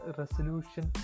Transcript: resolution